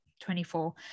24